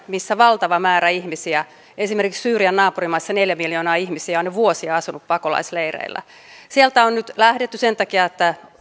missä valtava määrä ihmisiä esimerkiksi syyrian naapurimaissa neljä miljoonaa ihmistä on jo vuosia asunut pakolaisleireillä on nyt lähdetty sen takia että